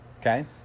okay